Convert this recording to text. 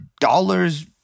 dollars